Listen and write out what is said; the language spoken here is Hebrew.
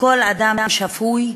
מכל אדם שפוי,